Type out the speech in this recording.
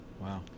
Wow